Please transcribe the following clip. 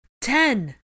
Ten